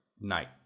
night